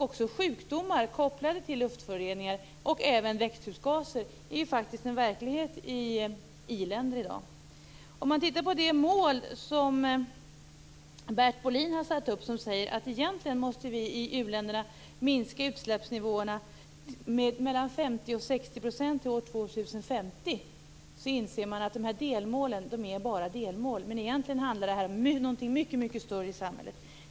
Också sjukdomar kopplade till luftföroreningar och växthusgaser är faktiskt en verklighet i i-länder i dag. Om man ser på det mål som Bert Bohlin har satt upp som säger att vi i i-länderna måste minska utsläppen med 50-60 % till år 2050 inser man att delmålen bara är delmål. Men egentligen handlar detta om något mycket, mycket större i samhället.